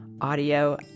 audio